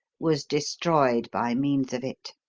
was destroyed by means of it.